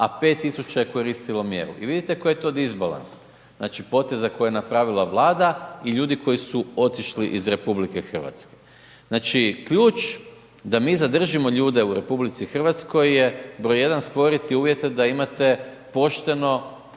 tisuća je koristilo mjeru. I vidite koji je to disbalans. Znači, poteza koja je napravila Vlada i ljudi koji su otišli iz RH. Znači, ključ da mi zadržimo ljude u RH je br. 1 stvoriti uvjete da imate pošteno